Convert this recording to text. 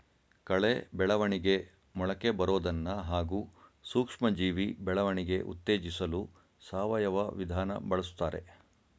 ಕಳೆ ಬೆಳವಣಿಗೆ ಮೊಳಕೆಬರೋದನ್ನ ಹಾಗೂ ಸೂಕ್ಷ್ಮಜೀವಿ ಬೆಳವಣಿಗೆ ಉತ್ತೇಜಿಸಲು ಸಾವಯವ ವಿಧಾನ ಬಳುಸ್ತಾರೆ